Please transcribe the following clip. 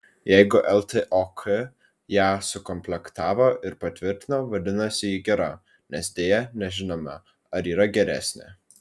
jeigu ltok ją sukomplektavo ir patvirtino vadinasi ji gera nes deja nežinome ar yra geresnė